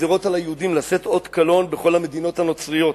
גזירה על היהודים לשאת אות קלון בכל המדינות הנוצריות,